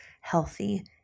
healthy